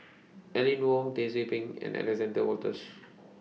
Aline Wong Dizzy Peng and Alexander Wolters